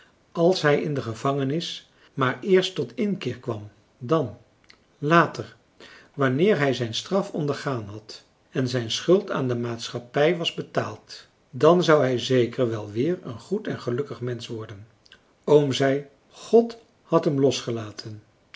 als hij in de gevangenis maar eerst tot inkeer kwam dan later wanneer hij zijn straf ondergaan had en zijn schuld aan de maatschappij was betaald dan zou hij zeker wel weer een goed en gelukkig mensch worden oom zei god had hem losgelaten